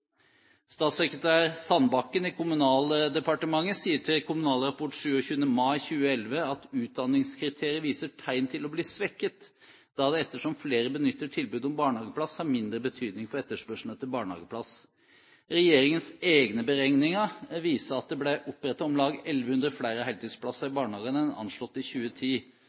Statssekretær Sandbakken i Kommunal- og regionaldepartementet sier til Kommunal Rapport 27. mai 2011 at utdanningskriteriet viser tegn til å bli svekket da det ettersom flere benytter tilbudet om barnehageplass, har mindre betydning for etterspørselen etter barnehageplass. Regjeringens egne beregninger viser at det ble opprettet om lag 1 100 flere heltidsplasser i barnehagene enn anslått i 2010.